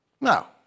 Now